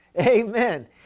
amen